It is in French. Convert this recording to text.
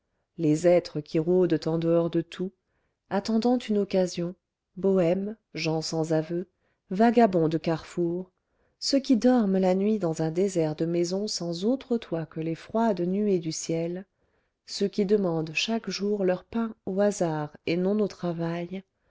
les êtres qui rôdent en dehors de tout attendant une occasion bohèmes gens sans aveu vagabonds de carrefours ceux qui dorment la nuit dans un désert de maisons sans autre toit que les froides nuées du ciel ceux qui demandent chaque jour leur pain au hasard et non au travail